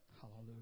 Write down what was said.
Hallelujah